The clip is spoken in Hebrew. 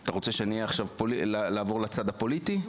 אתה רוצה שאני אעבור עכשיו לצד הפוליטי?